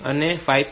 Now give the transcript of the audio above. તેથી આ 5